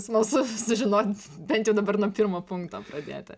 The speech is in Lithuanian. smalsu sužinot bent jau dabar nuo pirmo punkto pradėti